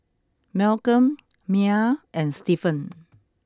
Malcom Miah and Stephan